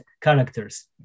characters